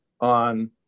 on